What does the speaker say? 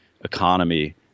economy